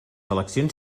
eleccions